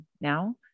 now